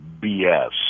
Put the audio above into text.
BS